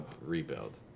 rebuild